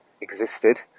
existed